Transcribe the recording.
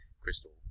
crystal